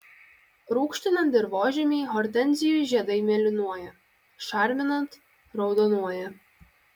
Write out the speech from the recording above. rūgštinant dirvožemį hortenzijų žiedai mėlynuoja šarminant raudonuoja